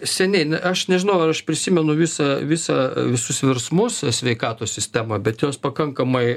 seniai aš nežinau ar aš prisimenu visą visą visus virsmus sveikatos sistemoj bet juos pakankamai